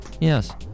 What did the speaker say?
Yes